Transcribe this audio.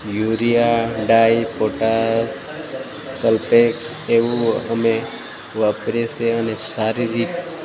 urea ડાઈ potash sulphex એવું અમે વાપરીએ છીએ અને સારી રીત